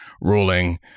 ruling